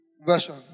version